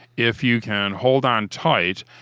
if you can hold on tight,